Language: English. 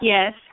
Yes